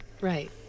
right